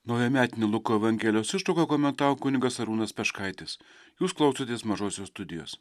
naujametinę luko evangelijos ištrauką komentavo kunigas arūnas peškaitis jūs klausotės mažosios studijos